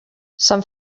sant